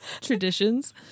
traditions